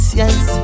yes